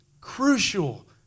crucial